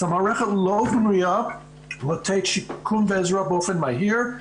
אז המערכת לא בנויה לתת שיקום ועזרה באופן מהיר,